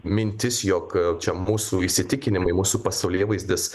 mintis jog čia mūsų įsitikinimai mūsų pasaulėvaizdis